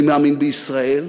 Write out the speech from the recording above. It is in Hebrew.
אני מאמין בישראל,